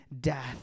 death